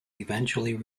eventually